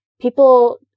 People